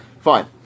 Fine